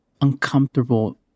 uncomfortable